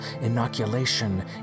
inoculation